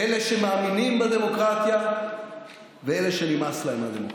אלה שמאמינים בדמוקרטיה ואלה שנמאס להם מהדמוקרטיה,